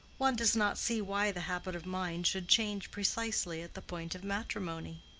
one does not see why the habit of mind should change precisely at the point of matrimony.